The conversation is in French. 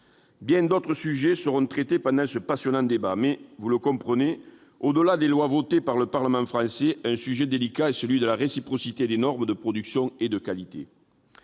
Bien d'autres sujets seront traités pendant ce passionnant débat. Mais, vous le comprenez, au-delà des lois votées par le Parlement français, un sujet délicat est celui de la réciprocité des normes de production et de qualité.